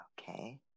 Okay